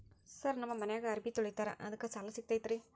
Sir ನಮ್ಮ ಮನ್ಯಾಗ ಅರಬಿ ತೊಳಿತಾರ ಅದಕ್ಕೆ ಸಾಲ ಸಿಗತೈತ ರಿ?